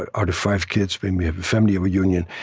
ah out of five kids. when we have a family reunion,